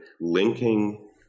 linking